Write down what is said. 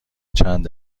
چند